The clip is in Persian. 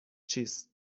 چیست